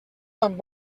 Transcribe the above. tan